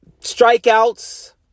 strikeouts